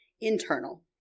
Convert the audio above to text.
internal